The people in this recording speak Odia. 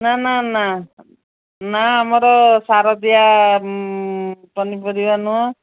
ନା ନା ନା ନା ଆମର ସାର ଦିଆ ପନିପରିବା ନୁହଁ